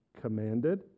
commanded